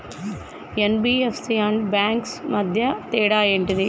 NBFC and banks కు మధ్య తేడా ఏంటిది?